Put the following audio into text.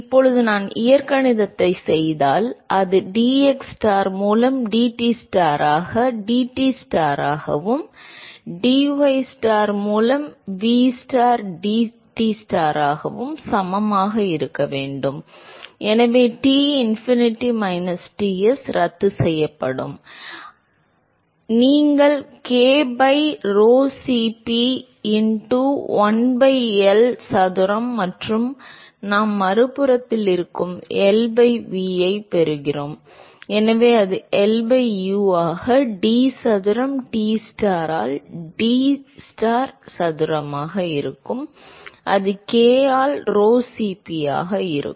இப்போது நான் இயற்கணிதத்தைச் செய்தால் அது dxstar மூலம் dTstar ஆக dTstar ஆகவும் dystar மூலம் vstar dTstar ஆகவும் சமமாக இருக்க வேண்டும் எனவே Tinfinity minus Ts ரத்துசெய்யப்படும் அது ரத்துசெய்யப்படும் எனவே நீங்கள் k by rho Cp into1 by L சதுரம் மற்றும் நாம் மறுபுறத்தில் இருந்து L by V ஐப் பெறுகிறோம் எனவே அது L by U ஆக d சதுரம் Tstar ஆல் dstar சதுரமாக இருக்கும் அது k ஆல் rho Cp ஆக இருக்கும்